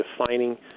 defining